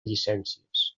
llicències